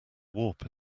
warp